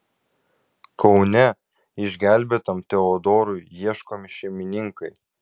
kaune išgelbėtam teodorui ieškomi šeimininkai